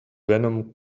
venom